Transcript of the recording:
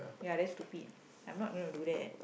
ya that's stupid I'm not going to do that